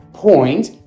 Point